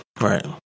Right